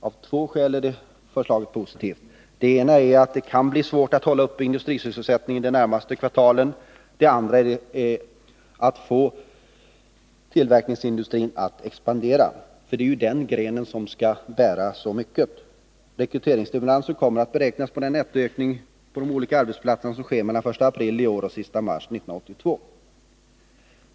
Av två skäl är det förslaget positivt. Det ena är att det kan bli svårt att upprätthålla industrisysselsättningen de närmaste kvartalen. Det andra är att man vill få tillverkningsindustrin att expandera, för det är ju den grenen som skall bära så mycket. Rekryteringsstimulansen kommer att beräknas på den nettoökning på de olika arbetsplatserna som sker mellan den 1 april i år och den 31 mars 1982.